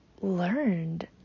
learned